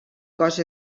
cos